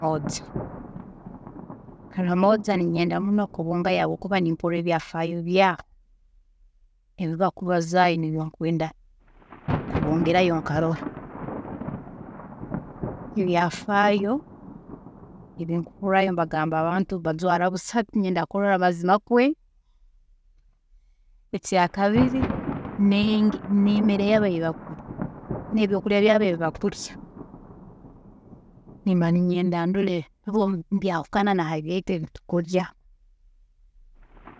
Karamoja ninyenda muno kubungayo habwokuba nimpuurra ebyafaayo byaho, ebi bakubazaaho nibyo nkwenda kubungirayo nkarola, ebyafaayo ebinkuhuurrayo nibagamba abantu nibajwaara busa hati ninyenda kurola mazima kwe? Ekyakabiri ne- nemere yaabo eyi bakurya, nebyokurya byaabo ebi bakurya, nimba ninyenda ndore ibo nibyahukana habyeitu ebi tukurya?